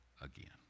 again